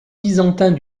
byzantins